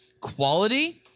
quality